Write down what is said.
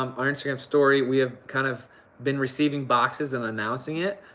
um our instagram story, we have kind of been receiving boxes and announcing it.